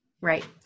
Right